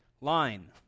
line